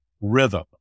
rhythm